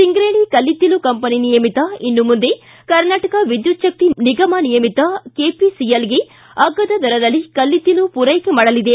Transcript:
ಸಿಂಗ್ರೆಣಿ ಕಲ್ಲಿದ್ದಲು ಕಂಪನಿ ನಿಯಮಿತ ಇನ್ನು ಮುಂದೆ ಕರ್ನಾಟಕ ವಿದ್ಯುಚ್ಲಕ್ತಿ ನಿಗಮ ನಿಯಮಿತ ಕೆಪಿಸಿಎಲ್ಗೆ ಅಗ್ಗದ ದರದಲ್ಲಿ ಕಲ್ಲಿದ್ದಲು ಪೂರೈಕೆ ಮಾಡಲಿದೆ